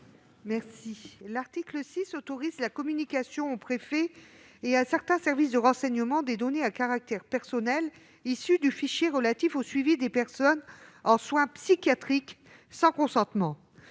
n° 22. L'article 6 autorise la communication aux préfets et à certains services de renseignements des données à caractère personnel issues du fichier relatif au suivi des personnes en soins psychiatriques sans consentement,